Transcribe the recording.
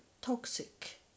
toxic